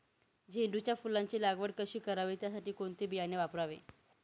झेंडूच्या फुलांची लागवड कधी करावी? त्यासाठी कोणते बियाणे वापरावे?